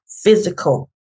physical